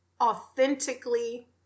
authentically